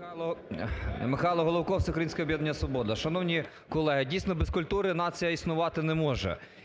14:00:20 ГОЛОВКО М.Й. Михайло Головко, Всеукраїнське об'єднання "Свобода". Шановні колеги, дійсно, без культури нація існувати не може.